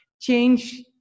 change